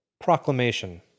Proclamation